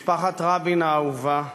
משפחת רבין האהובה,